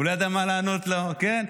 הוא לא ידע מה לענות לה, כן?